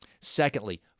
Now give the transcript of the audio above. Secondly